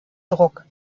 druck